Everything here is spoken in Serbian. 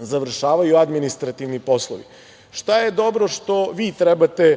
završavaju administrativni poslovi. Šta je dobro što vi trebate